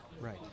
Right